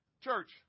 Church